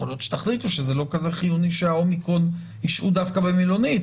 יכול להיות שתחליטו שזה לא כזה חיוני שהאומיקרון ישהו דווקא במלונית,